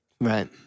Right